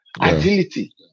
agility